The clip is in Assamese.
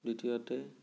দ্বিতীয়তে